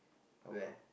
how come